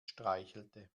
streichelte